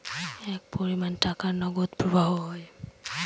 এক পরিমান টাকার নগদ প্রবাহ হয়